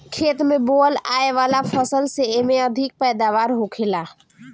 खेत में बोअल आए वाला फसल से एमे अधिक पैदावार होखेला